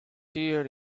here